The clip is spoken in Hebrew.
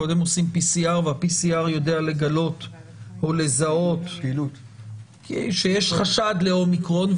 קודם עושים PCR וה-PCR יודע לגלות או לזהות שיש חשד לאומיקרון,